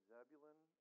Zebulun